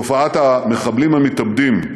תופעת המחבלים המתאבדים,